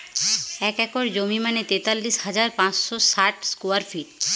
এক একর জমি মানে তেতাল্লিশ হাজার পাঁচশ ষাট স্কোয়ার ফিট